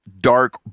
dark